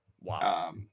Wow